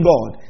God